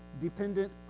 dependent